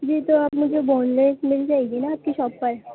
جی تو آپ مجھے بون لیس مل جائے گی نہ آپ کی شاپ پر